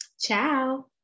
Ciao